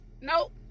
Nope